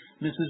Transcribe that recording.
Mrs